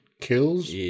kills